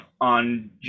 on